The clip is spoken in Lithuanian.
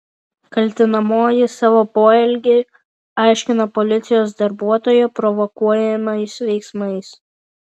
kaltinamoji savo poelgį aiškina policijos darbuotojo provokuojamais veiksmais